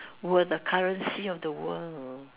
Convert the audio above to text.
were the currency of the world